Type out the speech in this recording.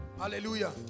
hallelujah